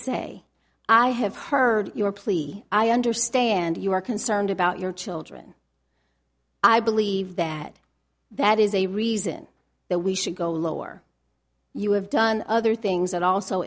say i have heard your plea i understand you are concerned about your children i believe that that is a reason that we should go lower you have done other things that also